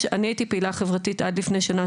אני הייתי פעילה חברתית עד לפני שנה,